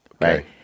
right